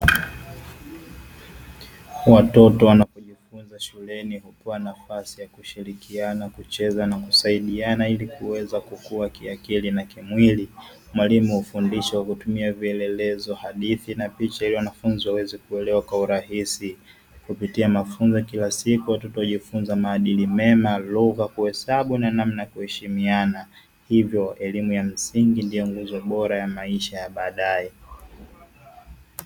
Watoto wana shuleni wanapewawa nafasi ya kushirikiana, kucheza, na kusaidiana ili kuweza kukua kiakili na kimwili. Mwalimu hufundisha hutumia vielelezo, hadithi, na picha ili wanafunzi waweze kuelewa kwa urahisi kupitia mafunzo kila siku tutajifunza maadili mema, lugha, kuhesabu, na namna ya kuheshimiana. Hivyo elimu ya msingi ndio uelezo bora wa maisha ya baadaye."